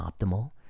optimal